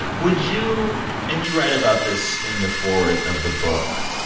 would you and you write about this in the forward of the book.